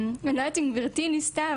אני לא יודעת אם גברתי ניסתה,